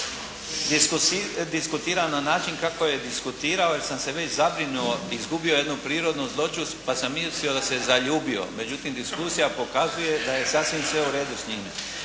diskutirao na način kako je diskutirao. Izgubio je jednu prirodnu zloću pa sam mislio da se zaljubio. Međutim diskusija pokazuje da je sasvim sve u redu s njime.